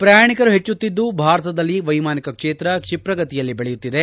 ಪ್ರಯಾಣಿಕರು ಹೆಚ್ಚುತ್ತಿದ್ದು ಭಾರತದಲ್ಲಿ ವೈಮಾನಿಕ ಕ್ಷೇತ್ರ ಕ್ಷಿಪ್ರಗತಿಯಲ್ಲಿ ಬೆಳೆಯುತ್ತಿದೆ